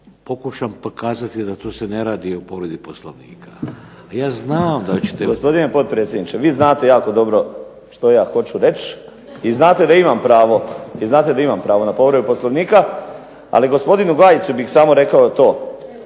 pokušam dokazati da se tu ne radi o povredi POslovnika. **Burić, Dinko (HDSSB)** Gospodine potpredsjedniče, vi znate jako dobro što ja hoću reći i znate da imam pravo na povredu Poslovnika. Ali gospodinu Gajici bih samo rekao to.